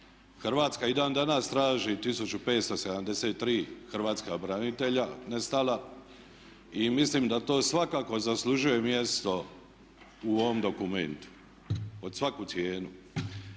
Hrvatska i dan danas traži 1573 hrvatska branitelja nestala i mislim da to svakako zaslužuje mjesto u ovom dokumentu pod svaku cijenu.